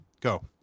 go